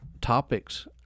topics